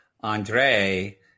Andre